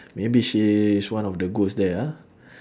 maybe she is one of the ghost there ah